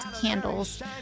candles